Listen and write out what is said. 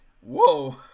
Whoa